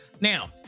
now